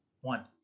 One